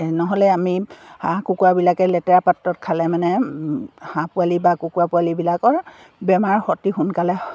নহ'লে আমি হাঁহ কুকুৰাবিলাকে লেতেৰা পাত্ৰত খালে মানে হাঁহ পোৱালি বা কুকুৰা পোৱালিবিলাকৰ বেমাৰ অতি সোনকালে